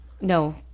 No